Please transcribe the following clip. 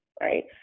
right